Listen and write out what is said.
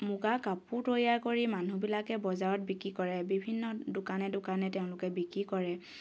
মুগা কাপোৰ তৈয়াৰ কৰি মানুহবিলাকে বজাৰত বিক্ৰী কৰে বিভিন্ন দোকানে দোকানে তেওঁলোকে বিক্ৰী কৰে